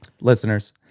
listeners